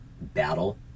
battle